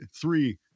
three